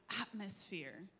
atmosphere